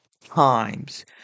times